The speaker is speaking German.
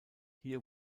hier